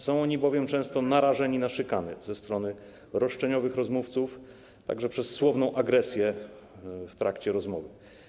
Są oni bowiem często narażeni na szykany ze strony roszczeniowych rozmówców, także w postaci słownej agresji w trakcie rozmowy.